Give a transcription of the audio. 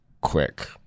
quick